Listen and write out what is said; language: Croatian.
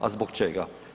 A zbog čega?